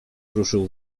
ruszył